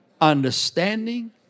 understanding